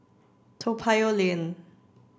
Toa Payoh Lane